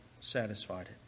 satisfied